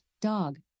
dog